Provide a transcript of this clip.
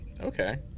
Okay